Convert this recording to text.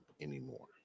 anymore